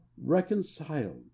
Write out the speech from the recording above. reconciled